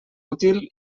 útil